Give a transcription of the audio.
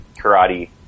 karate